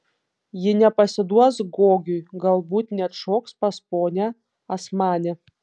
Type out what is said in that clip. ji nepasiduos gogiui galbūt net šoks pas ponią asmanę